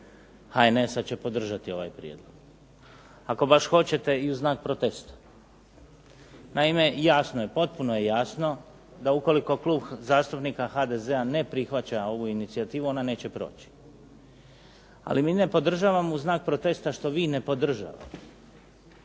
HNS-a će podržati ovaj prijedlog. Ako baš hoćete i uz znak protesta. Naime, jasno je, potpuno je jasno da ukoliko Klub zastupnika HDZ-a ne prihvaća ovu inicijativu ona neće proći. Ali mi ne podržavamo u znak protesta što vi ne podržavate,